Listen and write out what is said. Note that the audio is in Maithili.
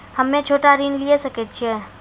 हम्मे छोटा ऋण लिये सकय छियै?